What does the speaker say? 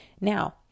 now